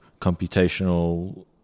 computational